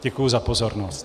Děkuji za pozornost.